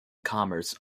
commerce